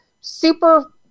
super